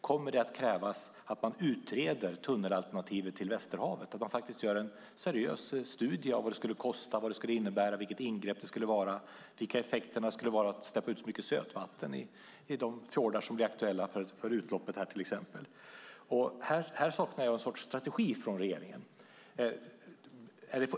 Kommer det att krävas att man utreder tunnelalternativet till Västerhavet och att man faktiskt gör en seriös studie av vad det skulle kosta, vad det skulle innebära, vilket ingrepp det skulle vara och vilka effekterna skulle bli av att släppa ut så mycket sötvatten i de fjordar som blir aktuella för utloppet här till exempel? Här saknar jag en sorts strategi från regeringen.